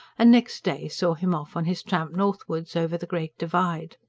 and next day saw him off on his tramp northwards, over the great divide.